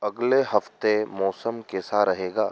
अगले हफ़्ते मौसम कैसा रहेगा